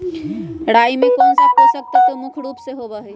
राई में कौन सा पौषक तत्व मुख्य रुप से होबा हई?